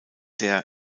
der